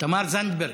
תמר זנדברג.